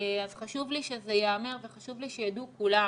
אז חשוב לי שזה ייאמר וחשוב לי שיידעו כולם,